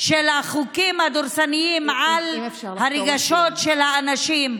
של החוקים הדורסניים על הרגשות של אנשים,